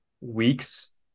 weeks